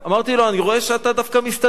אני אומר לו: אני רואה שאתה דווקא מסתדר.